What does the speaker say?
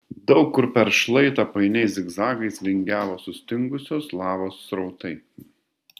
daug kur per šlaitą painiais zigzagais vingiavo sustingusios lavos srautai